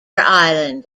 island